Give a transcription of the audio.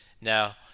now